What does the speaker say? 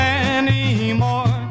anymore